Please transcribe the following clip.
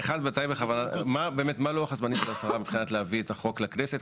הראשונה היא מה לוח הזמנים של השרה מבחינת להביא את החוק לכנסת?